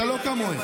אתה לא כמוהם,